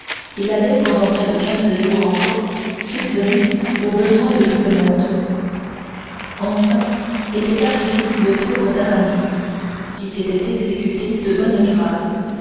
il avait pendant près de quinze jours encore subvenu aux besoins de tout le monde enfin était arrivé le tour d'aramis qui s'était exécuté de bonne grâce